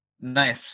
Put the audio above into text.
Nice